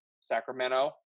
sacramento